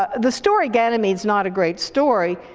the story ganymede's not a great story,